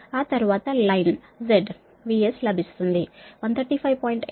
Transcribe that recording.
ఆ తరువాత line Z VS లభిస్తుంది 135